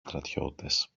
στρατιώτες